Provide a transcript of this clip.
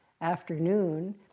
afternoon